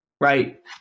right